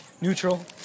Neutral